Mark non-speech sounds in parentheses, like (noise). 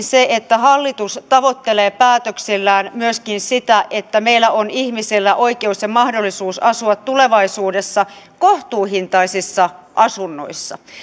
(unintelligible) se että hallitus tavoittelee päätöksillään myöskin sitä että meillä on ihmisillä oikeus ja mahdollisuus asua tulevaisuudessa kohtuuhintaisissa asunnoissa